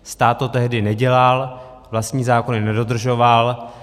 Stát to tehdy nedělal, vlastní zákony nedodržoval.